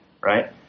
right